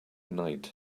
night